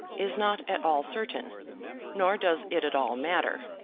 is not at all certain nor does it at all matter.